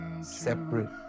separate